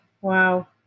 Wow